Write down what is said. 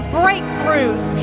breakthroughs